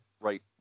right